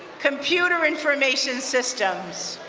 computer information systems.